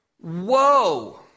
Whoa